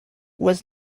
was